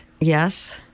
yes